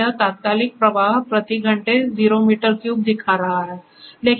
तो यह तात्कालिक प्रवाह प्रति घंटे 0 मीटर क्यूब दिखा रहा है